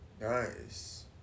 Nice